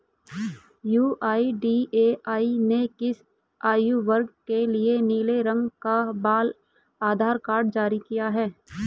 UIDAI ने किस आयु वर्ग के लिए नीले रंग का बाल आधार कार्ड जारी किया है?